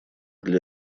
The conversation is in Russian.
для